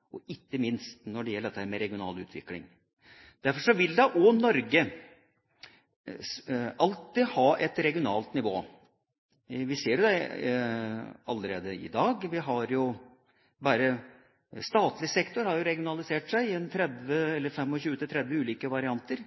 og verdiskaping, og ikke minst når det gjelder regional utvikling. Derfor vil også Norge alltid ha et regionalt nivå. Vi ser det allerede i dag. Statlig sektor er jo regionalisert gjennom 25–30 ulike varianter.